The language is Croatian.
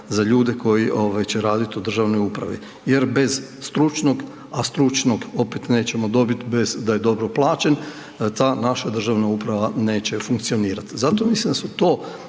za ljude koji će raditi u državnoj upravi jer bez stručnog a stručnog opet nećemo dobiti bez da je dobro plaćen, ta naša državna uprava neće funkcionirati. Zato mislim da su to